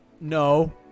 No